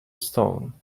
stone